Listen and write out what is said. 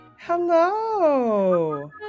Hello